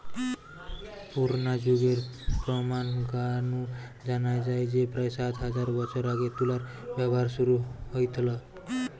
পুরনা যুগের প্রমান গা নু জানা যায় যে প্রায় সাত হাজার বছর আগে তুলার ব্যবহার শুরু হইথল